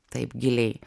taip giliai